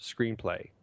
screenplay